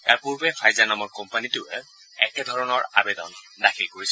ইয়াৰ পূৰ্বে ফাইজাৰ নামৰ কোম্পানীটোৱেও একে ধৰণৰ আবেদন দাখিল কৰিছিল